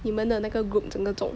你们的那个 group 整个中